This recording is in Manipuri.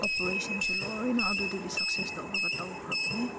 ꯑꯣꯄꯔꯦꯁꯟꯁꯨ ꯂꯣꯏꯅ ꯑꯗꯨꯗꯒꯤ ꯁꯛꯁꯦꯁ ꯇꯧꯔꯒ ꯇꯧꯈ꯭ꯔꯕꯅꯤ